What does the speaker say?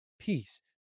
peace